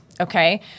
okay